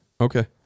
Okay